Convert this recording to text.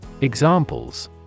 Examples